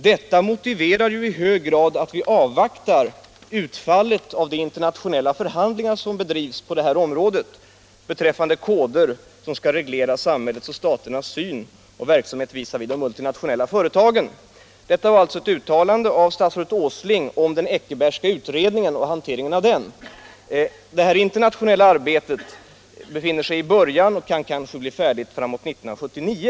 Detta motiverar ju i hög grad att vi avvaktar utfallet av de internationella förhandlingar som bedrivs på det här området beträffande koder som skall reglera samhällets och staternas syn och verksamhet visavi de multinationella företagen.” Detta var alltså ett uttalande av statsrådet Åsling om den Eckerbergska utredningen och hanteringen av den. Det här internationella arbetet befinner sig i början och kan kanske blir färdigt framemot 1979.